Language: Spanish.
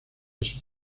sus